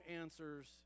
answers